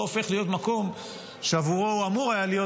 הופך להיות מקום שהוא היה אמור להיות,